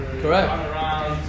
Correct